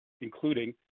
including